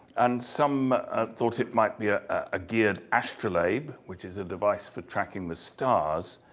and some thought it might be ah a geared astrolabe, which is a device for tracking the stars,